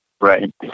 Right